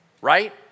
right